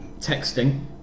texting